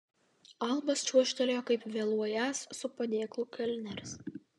albas čiuožtelėjo kaip vėluojąs su padėklu kelneris